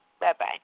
Bye-bye